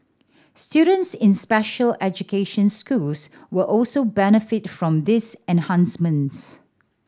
students in special education schools will also benefit from these enhancements